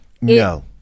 No